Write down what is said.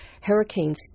hurricanes